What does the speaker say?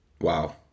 Wow